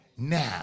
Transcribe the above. Now